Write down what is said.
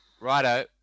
righto